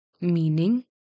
Meaning